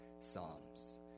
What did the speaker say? psalms